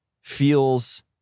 feels